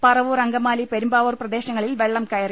പറവൂർ അങ്കമാലി പെരുമ്പാവൂർ പ്രദേശങ്ങളിൽ വെള്ളം കയറി